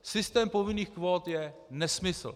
Systém povinných kvót je nesmysl.